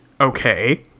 Okay